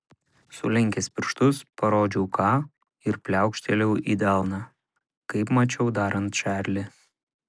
sulenkęs pirštus parodžiau k ir pliaukštelėjau į delną kaip mačiau darant čarlį